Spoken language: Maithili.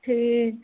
ठीक छै